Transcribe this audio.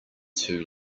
too